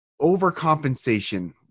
overcompensation